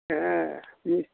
ए